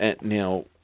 Now